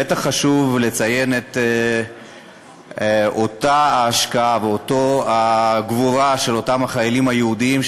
ובטח חשוב לציין את אותה ההשקעה ואותה הגבורה של החיילים היהודים,